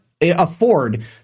afford